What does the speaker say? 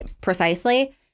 Precisely